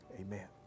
amen